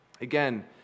again